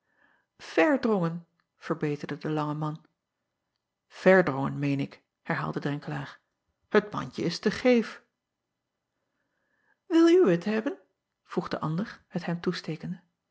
erdrongen verbeterde de lange man erdrongen meen ik herhaalde renkelaer het mandje is te geef il wee het hebben vroeg de ander het hem toestekende